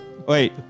Wait